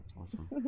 awesome